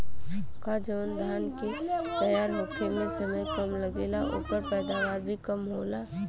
का जवन धान के तैयार होखे में समय कम लागेला ओकर पैदवार भी कम होला?